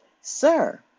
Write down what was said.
Sir